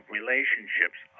relationships